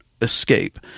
Escape